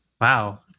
Wow